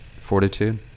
Fortitude